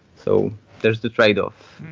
so there's the tradeoff,